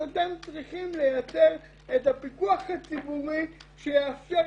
אז אתם צריכים לייצר את הפיקוח הציבורי שיאפשר